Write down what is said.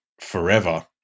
forever